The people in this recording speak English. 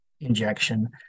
injection